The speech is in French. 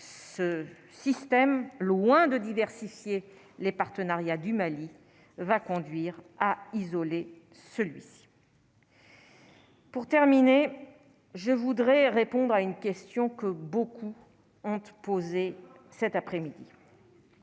ce système loin de diversifier les partenariats du Mali, va conduire à isoler, celui-ci, pour terminer, je voudrais répondre à une question que beaucoup ont opposé cet après-midi,